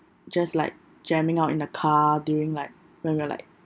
just like jamming out in a car during like when we're like